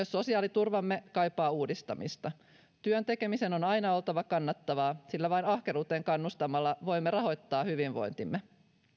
sosiaaliturvamme kaipaa uudistamista työn tekemisen on aina oltava kannattavaa sillä vain ahkeruuteen kannustamalla voimme rahoittaa hyvinvointimme